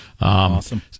Awesome